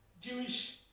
jewish